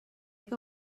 que